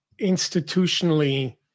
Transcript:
institutionally